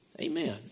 Amen